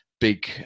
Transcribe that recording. big